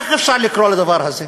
איך אפשר לקרוא לדבר הזה?